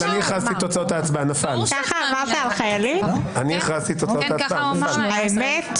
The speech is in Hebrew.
17,781 עד 17,800. מי בעד?